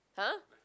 [huh]